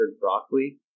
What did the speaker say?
broccoli